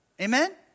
Amen